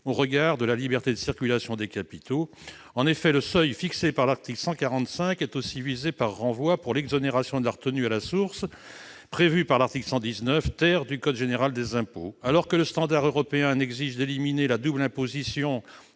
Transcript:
au regard de la liberté de circulation des capitaux. En effet, le seuil fixé par l'article 145 est aussi visé, par renvoi, pour l'exonération de la retenue à la source, prévue à l'article 119 du code général des impôts. Alors que le standard européen n'exige d'éliminer la double imposition